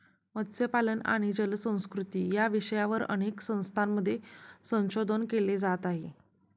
मत्स्यपालन आणि जलसंस्कृती या विषयावर अनेक संस्थांमध्ये संशोधन केले जात आहे